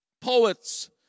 Poets